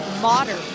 modern